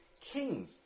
king